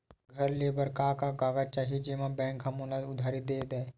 घर ले बर का का कागज चाही जेम मा बैंक हा मोला उधारी दे दय?